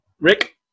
Rick